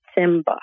Simba